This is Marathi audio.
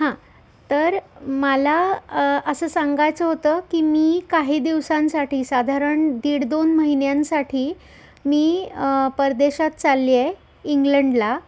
हां तर मला असं सांगायचं होतं की मी काही दिवसांसाठी साधारण दीड दोन महिन्यांसाठी मी परदेशात चालली आहे इंग्लंडला